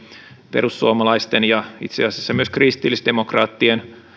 perussuomalaisten ja itse asiassa myös kristillisdemokraattien